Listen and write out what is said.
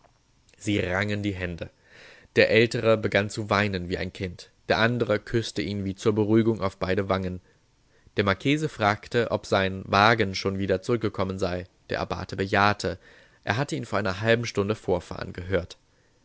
sie rangen die hände der ältere begann zu weinen wie ein kind der andere küßte ihn wie zur beruhigung auf beide wangen der marchese fragte ob sein wagen schon wieder zurückgekommen sei der abbate bejahte er hatte ihn vor einer halben stunde vorfahren gehört